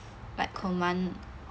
like command